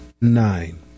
nine